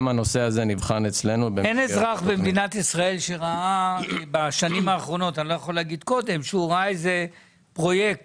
אין אזרח במדינת ישראל שראה בשנים האחרונות איזה פרויקט